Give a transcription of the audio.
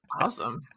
Awesome